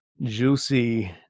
juicy